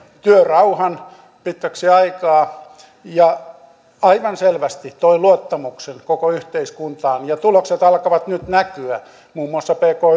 työrauhan pitkäksi aikaa ja aivan selvästi toi luottamuksen koko yhteiskuntaan tulokset alkavat nyt näkyä muun muassa pk